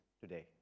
today